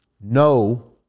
No